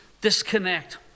disconnect